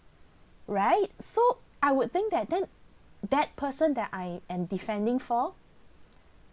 right so I would think that then that person that I am defending for